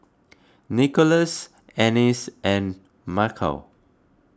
Nikolas Annis and Michal